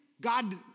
God